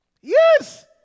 Yes